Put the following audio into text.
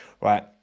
right